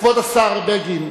כבוד השר בגין,